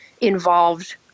involved